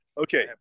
Okay